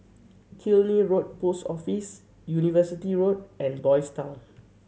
Killiney Road Post Office University Road and Boys' Town